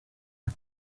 why